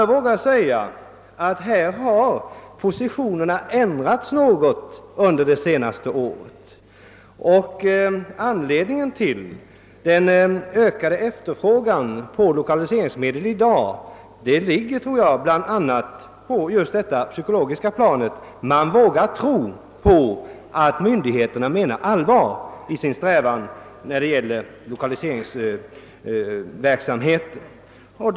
Jag vågar säga att positionerna har ändrats något under det senaste året. Anledningen till den ökade efterfrågan på lokaliseringsmedel i dag tror jag bland annat ligger på det psykologiska planet; man vågar tro på att myndigheterna menar allvar med sin strävan när det gäller lokaliseringsverksamheten.